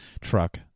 truck